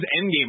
Endgame